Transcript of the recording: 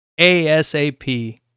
ASAP